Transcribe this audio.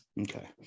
Okay